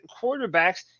quarterbacks